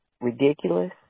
ridiculous